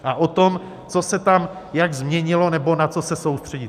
A o tom, co se tam jak změnilo nebo na co se soustředit.